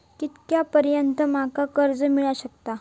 कितक्या पर्यंत माका कर्ज मिला शकता?